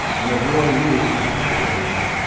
and a boy louis of half her age,